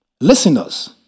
Listeners